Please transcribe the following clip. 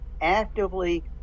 actively